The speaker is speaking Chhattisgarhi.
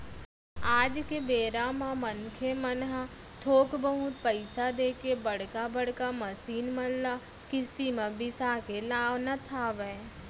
आज के बेरा मनखे मन ह थोक बहुत पइसा देके बड़का बड़का मसीन मन ल किस्ती म बिसा के लानत हवय